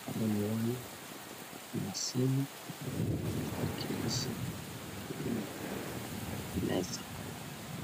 ako na miwani, kuna simu na talakilishi kwenye meza.